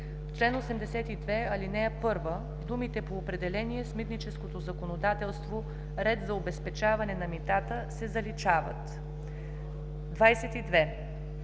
В чл. 82, ал. 1 думите „по определения с митническото законодателство ред за обезпечаване на митата“ се заличават. 22.